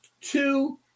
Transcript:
two